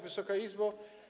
Wysoka Izbo!